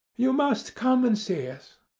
you must come and see us.